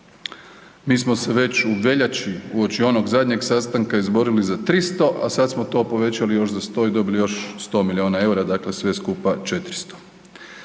Mi smo se već u veljači uoči onog zadnjeg sastanka izborili za 300, a sad smo to povećali još za 100 i dobili još 100 milijuna EUR-a, dakle sve skupa 400,